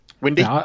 Windy